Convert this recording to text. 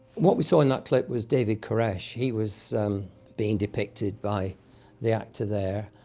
what we saw in that clip was david koresh, he was being depicted by the actor there,